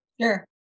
Sure